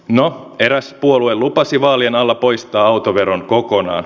no eräs puolue lupasi vaalien alla poistaa autoveron kokonaan